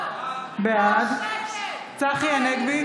בעד צחי הנגבי,